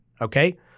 okay